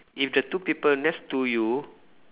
if the two people next to you